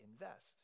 invest